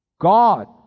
God